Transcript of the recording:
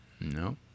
No